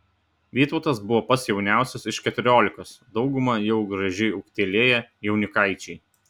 vytautas buvo pats jauniausias iš keturiolikos dauguma jau gražiai ūgtelėję jaunikaičiai